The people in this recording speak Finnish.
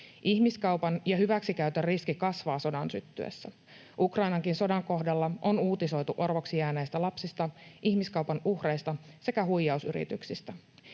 Ihmiskaupan ja hyväksikäytön riski kasvaa sodan syttyessä. Ukrainankin sodan kohdalla on uutisoitu orvoksi jääneistä lapsista, ihmiskaupan uhreista sekä huijausyrityksistä.